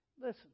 Listen